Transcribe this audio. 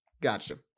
gotcha